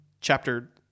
chapter